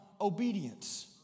obedience